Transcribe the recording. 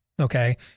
Okay